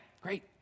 great